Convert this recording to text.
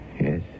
Yes